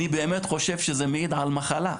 אני באמת חושב שזה מעיד על מחלה,